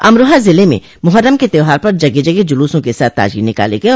अमरोहा जिले में मोहर्रम के त्यौहार पर जगह जगह जुलूसों के साथ ताजिये निकाले गये